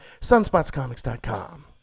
sunspotscomics.com